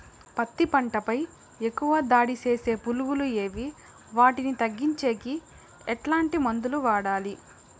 పత్తి పంట పై ఎక్కువగా దాడి సేసే పులుగులు ఏవి వాటిని తగ్గించేకి ఎట్లాంటి మందులు వాడాలి?